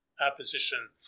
opposition